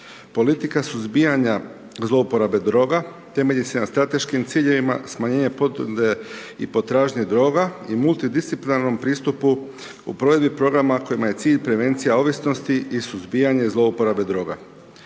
Politika suzbijanja zlouporabe droga temelji se na strateškim ciljevima, smanjenje potrebe i potražnje droga i multidisciplinarnom pristupu u provedbi programa kojima je cilj prevencija ovisnosti i suzbijanje zlouporabe droga.